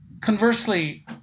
Conversely